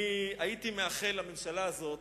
אני הייתי מאחל לממשלה הזאת